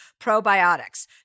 probiotics